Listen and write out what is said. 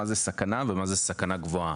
מה זה סכנה ומה זה סכנה גבוהה?